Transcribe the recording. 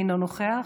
אינו נוכח,